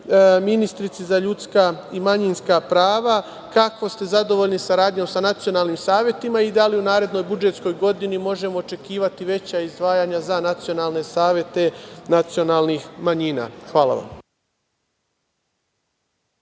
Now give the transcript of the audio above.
ministarki za ljudska i manjinska prava - kako ste zadovoljni saradnjom sa nacionalnim savetima i da li u narednoj budžetskoj godini možemo očekivati veća izdvajanja za nacionalne savete nacionalnih manjina? Hvala vam.